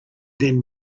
then